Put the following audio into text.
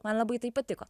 man labai tai patiko